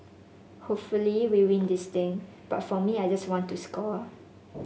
hopefully we win this thing but for me I just want to score